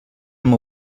amb